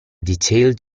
detailed